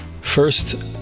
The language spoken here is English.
First